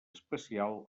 especial